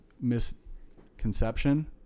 misconception